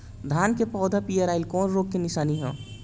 धान के पौधा पियराईल कौन रोग के निशानि ह?